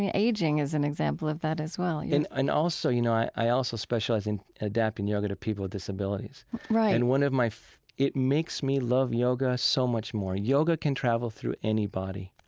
aging is an example of that as well yeah and and also, you know, i also specialize in adapting yoga to people with disabilities right and one of my it makes me love yoga so much more. yoga can travel through any body.